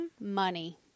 Money